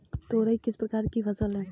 तोरई किस प्रकार की फसल है?